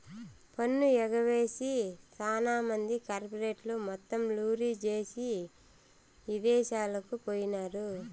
పన్ను ఎగవేసి సాన మంది కార్పెరేట్లు మొత్తం లూరీ జేసీ ఇదేశాలకు పోయినారు